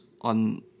on